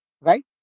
Right